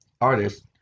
artist